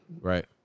Right